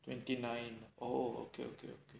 twenty nine oh okay okay